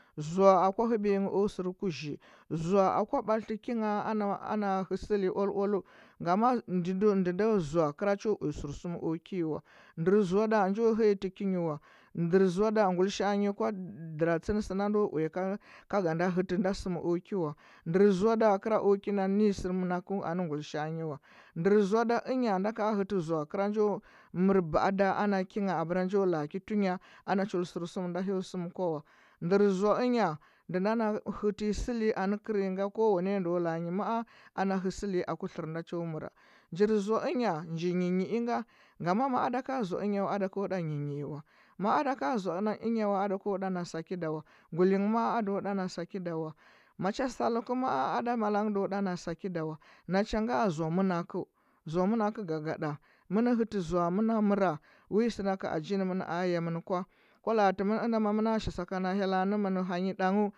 Zoa akwa hɚbiya ngɚ o sɚr kuzhi zoa kwa batliti ki ngha ana hɚ sɚli oal oalu ngam nji ndo zoa kɚra cho uya sɚrsuma o ki nyi wa ndɚr zoa da guilisha. a nyi kwa uya datatsɚn ka sɚ na ndo uya ka ga nda hɚtɚ nda sɚmi o ke wa ndɚr zoa kɚa o kina nɚ nyi sɚ manakɚu anɚ anɚ guilishaa nyi wa nda zoa ɚnya na ka hɚtɚ zoa kɚra njo baa da ana ki ngha abera njo laa ki tu nya an a chul sɚr sum nda hyo sɚm kwa ua noɚr zoa enya ndu na na hɚtɚyɚ sɚ li anɚ kɚrɚ nyi nga kowane ndo la a nyi maa ana hɚ sɚli anɚ tlɚr na cho mɚra njir zoa ɚnya nji nyi nyi inga ngama maa ada ka zoa ɚnya wa ada ko ɗa nyi ad awa aa ada ka zoa ɚnya ada ko ɗa na sakida wa guilighɚ ada ɗa na sakida wa ma cha sal kɚ ma’a ada mala nghɚ ndo ɗa na sakida na cha nga zoa mɚnakɚu gagaɗa mɚn hɚtɚ zoa mɚ na mɚra wi nda ka ajin mɚn a ya mɚn kwa kwa la’a tɚmɚn ina ma mɚna shi sakana hyel la ne mɚn ha nyi danghɚ